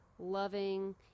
loving